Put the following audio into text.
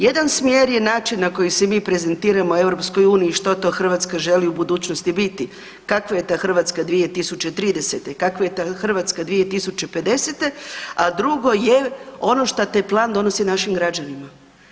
Jedan smjer je način na koji se mi prezentiramo EU što to Hrvatska želi u budućnosti biti, kakva je ta Hrvatska 2030., kakva je ta Hrvatska 2050., a drugo je ono što taj Plan donosi našim građanima.